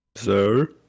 sir